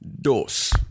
DOS